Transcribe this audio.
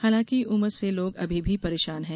हांलाकि उमस से लोग अभी भी परेशान हैं